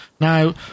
now